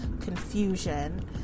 confusion